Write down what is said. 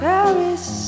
Paris